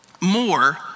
more